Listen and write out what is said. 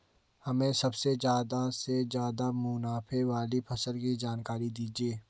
हमें सबसे ज़्यादा से ज़्यादा मुनाफे वाली फसल की जानकारी दीजिए